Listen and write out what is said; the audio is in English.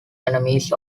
enemies